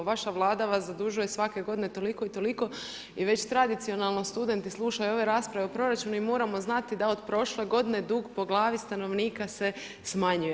Vaša Vlada vas zadužuje svake godine toliko i toliko i već tradicionalno studenti slušaju ove rasprave o proračunu i moramo znati da od prošle godine dug po glavi stanovnika se smanjuje.